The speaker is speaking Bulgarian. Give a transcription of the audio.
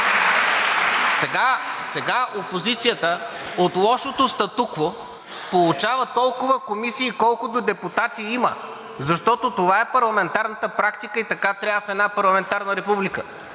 Сега опозицията от лошото статукво получава толкова комисии, колкото депутати има, защото това е парламентарната практика и така трябва в една парламентарна република.